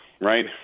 right